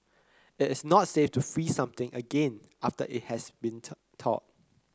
it is not safe to freeze something again after it has went thawed